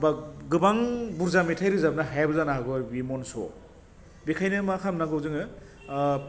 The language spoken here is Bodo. बा गोबां बुरजा मेथाइ रोजाबनो हायाबो जानो हागौ आरो बियो मनस'वाव बेखायनो मा खामनांगौ जोङो